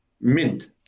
mint